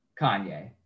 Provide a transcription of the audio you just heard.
Kanye